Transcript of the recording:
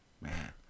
man